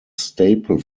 staple